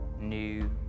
new